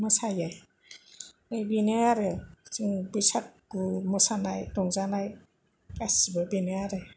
मोसायो आमफाय बेनो आरो जों बैसागु मोसानाय रंजानाय गासिबो बेनो आरो